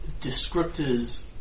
descriptors